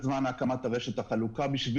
גם מבחינת זמן והחליטו שלא.